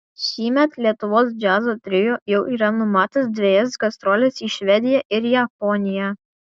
šįmet lietuvos džiazo trio jau yra numatęs dvejas gastroles į švediją ir japoniją